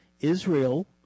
Israel